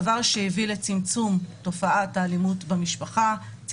דבר שהביא לצמצום תופעת האלימות במשפחה.